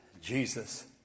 Jesus